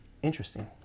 Interesting